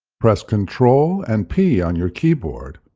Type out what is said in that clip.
press control and p on your keyboard